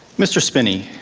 mr. spinney,